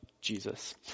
Jesus